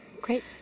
Great